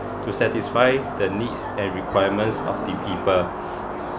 to satisfy the needs and requirements of the people